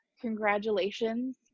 congratulations